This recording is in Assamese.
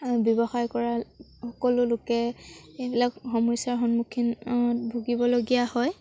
ব্যৱসায় কৰা সকলো লোকে এইবিলাক সমস্যাৰ সন্মুখীনত ভুগিবলগীয়া হয়